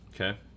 Okay